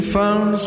found